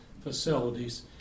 facilities